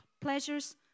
pleasures